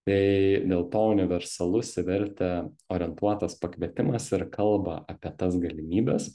tai dėl to universalus į vertę orientuotas pakvietimas ir kalba apie tas galimybes